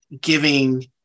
giving